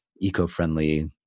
eco-friendly